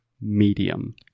Medium